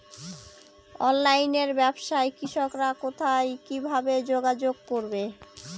অনলাইনে ব্যবসায় কৃষকরা কোথায় কিভাবে যোগাযোগ করবে?